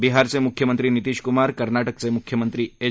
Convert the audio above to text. बिहारचे मुख्यमंत्री नितिश कुमार कर्नाटकचे मुख्यमंत्री एच